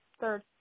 Third